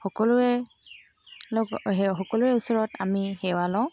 সকলোৰে লগত সকলোৰে ওচৰত আমি সেৱা লওঁ